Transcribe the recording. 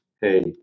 hey